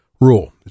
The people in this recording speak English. rule